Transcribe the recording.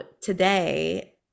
today